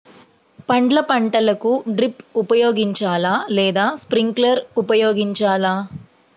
పండ్ల పంటలకు డ్రిప్ ఉపయోగించాలా లేదా స్ప్రింక్లర్ ఉపయోగించాలా?